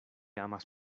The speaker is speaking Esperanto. amas